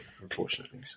unfortunately